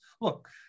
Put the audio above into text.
Look